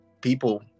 people